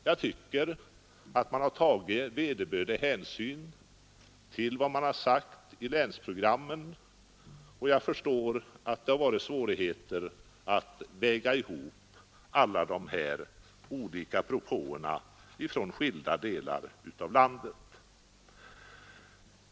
Jag tycker att propositionen tar vederbörlig hänsyn till vad som sagts i länsprogrammen, och jag förstår att det har varit svårigheter att väga ihop alla de olika propåerna från skilda delar av landet.